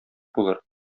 булыр